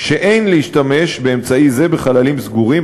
שאין להשתמש באמצעי זה בחללים סגורים,